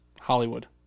Hollywood